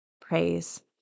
praise